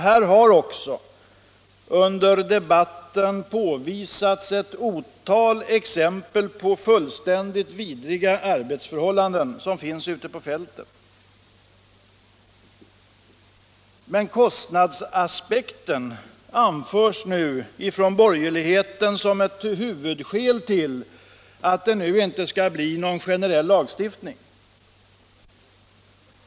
Här har också under debatten anförts ett otal exempel på fullständigt vidriga arbetsförhållanden som finns ute på fältet. Kostnadsaspekten anförs nu från borgerligheten som ett huvudskäl till att det inte skall bli någon generell lagstiftning.